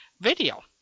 video